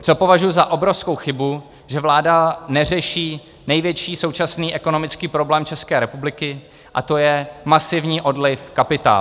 Co považuji za obrovskou chybu, že vláda neřeší největší současný ekonomický problém České republiky, a to je masivní odliv kapitálu.